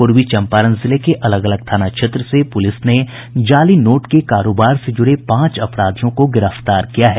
पूर्वी चम्पारण जिले के अलग अलग थाना क्षेत्र से पुलिस ने जाली नोट के कारोबार से जुड़े पांच अपराधियों को गिरफ्तार किया है